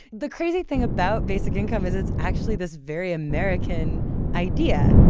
the crazy thing about basic income is it's actually this very american idea.